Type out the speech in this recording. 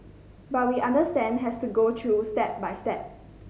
but we understand has to go through step by step